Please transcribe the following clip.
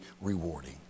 rewarding